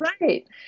Right